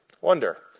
wonder